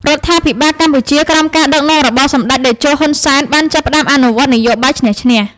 រដ្ឋាភិបាលកម្ពុជាក្រោមការដឹកនាំរបស់សម្ដេចតេជោ ហ៊ុន សែន បានចាប់ផ្ដើមអនុវត្ត «នយោបាយឈ្នះ-ឈ្នះ»។